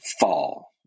fall